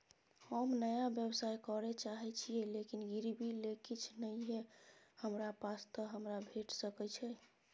हम नया व्यवसाय करै चाहे छिये लेकिन गिरवी ले किछ नय ये हमरा पास त हमरा भेट सकै छै?